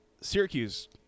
Syracuse